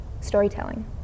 storytelling